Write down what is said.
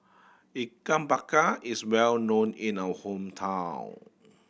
Ikan Bakar is well known in my hometown